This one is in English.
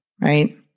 Right